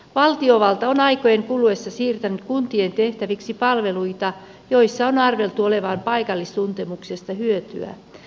valtiovalta on aikojen kuluessa siirtänyt kun tien tehtäviksi palveluita joissa on arveltu olevan paikallistuntemuksesta hyötyä